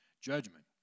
judgment